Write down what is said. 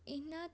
ਇਹਨਾਂ